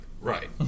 right